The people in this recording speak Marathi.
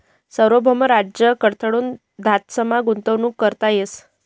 सार्वभौम राज्य कडथून धातसमा गुंतवणूक करता येस